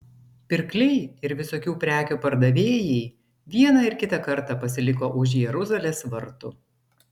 pirkliai ir visokių prekių pardavėjai vieną ir kitą kartą pasiliko už jeruzalės vartų